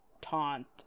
taunt